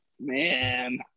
Man